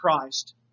Christ